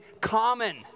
common